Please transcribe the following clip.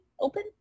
open